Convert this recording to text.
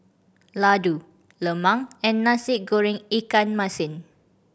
laddu lemang and Nasi Goreng ikan masin